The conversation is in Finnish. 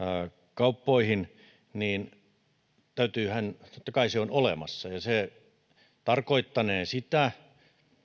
kauppoihin niin totta kai se on olemassa se tarkoittanee sitä